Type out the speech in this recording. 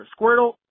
Squirtle